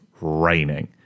raining